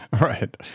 right